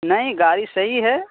نہیں گاڑی صحیح ہے